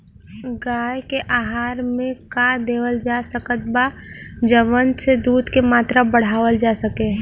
गाय के आहार मे का देवल जा सकत बा जवन से दूध के मात्रा बढ़ावल जा सके?